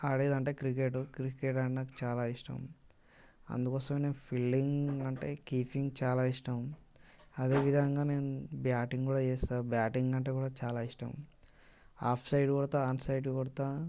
ఆడేది అంటే cricket cricket అంటే నాకు చాలా ఇష్టం అందుకోసం నేను ఫీల్డింగ్ అంటే కీపింగ్ చాలా ఇష్టం అదేవిధంగా నేను బ్యాటింగ్ కూడా చేస్తా బ్యాటింగ్ అంటే కూడా అంటే చాలా ఇష్టం హాఫ్ సైడ్ కొడతా ఆన్ సైడ్ కొడతా